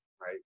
Right